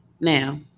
Now